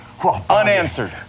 Unanswered